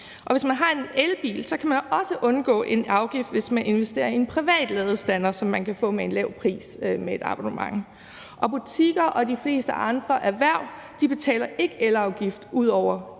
Og hvis man har en elbil, kan man også undgå en afgift, hvis man investerer i en privat ladestander, som man kan få til en lav pris med et abonnement. Og de fleste andre erhverv betaler ikke elafgift ud over